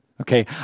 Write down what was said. Okay